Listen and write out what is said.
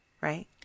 right